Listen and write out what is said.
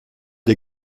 des